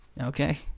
Okay